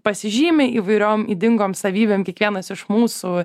pasižymi įvairiom ydingom savybėm kiekvienas iš mūsų